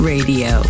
Radio